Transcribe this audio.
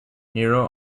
nero